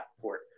port